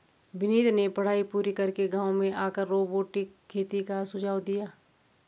विनीत ने पढ़ाई पूरी करके गांव में आकर रोबोटिक खेती का सुझाव दिया